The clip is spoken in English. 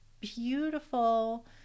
beautiful